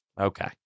Okay